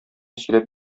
сөйләп